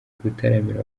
gutaramira